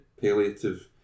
palliative